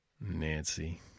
Nancy